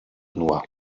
nur